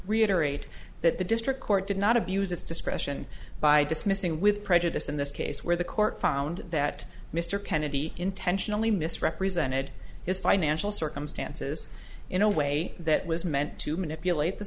reiterate that the district court did not abuse its discretion by dismissing with prejudice in this case where the court found that mr kennedy intentionally misrepresented his financial circumstances in a way that was meant to manipulate the